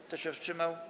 Kto się wstrzymał?